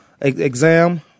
exam